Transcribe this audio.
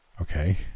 Okay